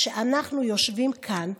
כשאנחנו יושבים כאן,